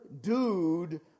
dude